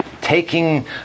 taking